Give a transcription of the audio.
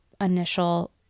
initial